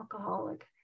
alcoholic